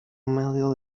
medios